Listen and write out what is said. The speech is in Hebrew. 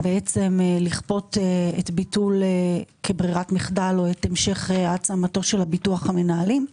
לכפות את ביטול כברירת מחדל או את המשך העצמתו של ביטוח המנהלים?